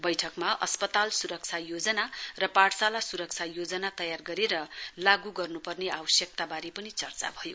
बैठकमा अस्पताल सुरक्षा योजना र पाठशाला सुरक्षा योजन तयार गरेर लागू गर्नुपर्ने आवश्यकताबारे पनि चर्चा भयो